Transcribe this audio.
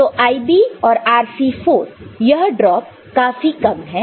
तो IB और RC4 यह ड्रॉप काफी कम है